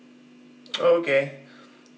oh okay